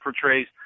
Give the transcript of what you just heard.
portrays